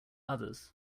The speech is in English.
others